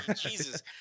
Jesus